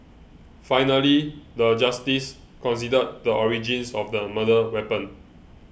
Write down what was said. finally the Justice considered the origins of the murder weapon